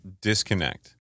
disconnect